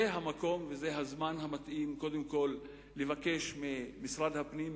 זה המקום וזה הזמן המתאים לבקש ממשרד הפנים,